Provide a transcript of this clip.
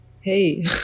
hey